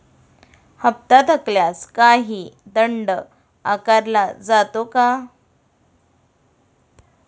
हप्ता थकल्यास काही दंड आकारला जातो का?